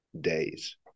days